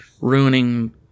ruining